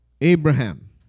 Abraham